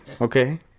okay